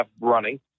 running